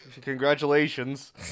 congratulations